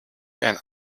ein